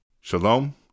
Shalom